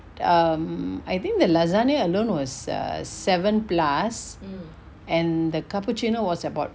um I think the lasagna alone was err seven plus and the cappuccino was about